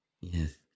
Yes